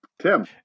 tim